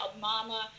mama